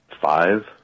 Five